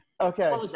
Okay